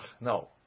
No